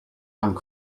and